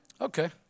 okay